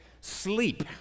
sleep